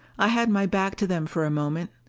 i had my back to them for a moment.